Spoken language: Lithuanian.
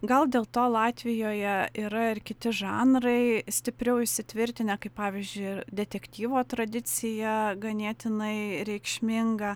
gal dėl to latvijoje yra ir kiti žanrai stipriau įsitvirtinę kaip pavyzdžiui ir detektyvo tradicija ganėtinai reikšminga